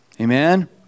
Amen